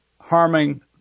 harming